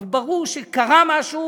אבל ברור שקרה משהו